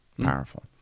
Powerful